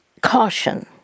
caution